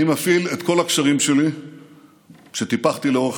אני מפעיל את כל הקשרים שלי שטיפחתי לאורך